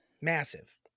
Massive